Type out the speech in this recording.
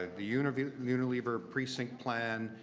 the unilever unilever precinct plan.